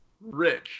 rich